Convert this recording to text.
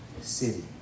city